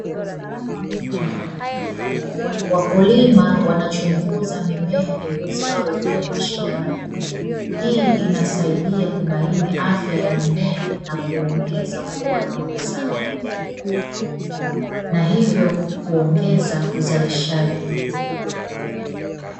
Wakulima wanachunguza mimea iliyostawi vyema shambani. Hii inasaidia kubaini afya ya mimea na kuongeza ubora wa mazao na hiyo kuongeza uzalishaji.